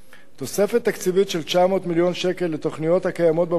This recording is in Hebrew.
תוספת תקציבית של 900 מיליון שקל לתוכניות הקיימות אצל המדען